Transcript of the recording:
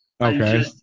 Okay